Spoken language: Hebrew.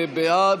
בעד,